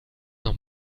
noch